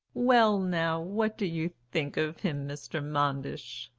well now, what do you think of him, mr. manders?